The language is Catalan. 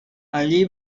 allí